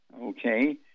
okay